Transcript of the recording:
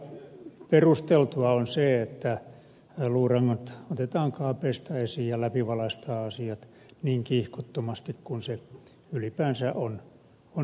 ihan perusteltua on se että luurangot otetaan kaapeista esiin ja läpivalaistaan asiat niin kiihkottomasti kuin se ylipäänsä on mahdollista